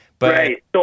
Right